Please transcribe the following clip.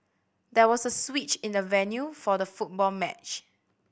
there was a switch in the venue for the football match